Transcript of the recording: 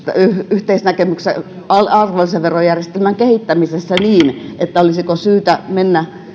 yhteisnäkemyksessä arvonlisäverojärjestelmän kehittämisen kanssa niin että olisiko syytä mennä